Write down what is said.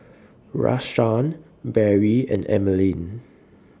Rashaan Barrie and Emeline